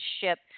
ship